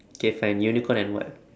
K fine unicorn and what